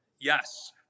Yes